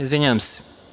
Izvinjavam se.